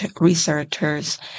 researchers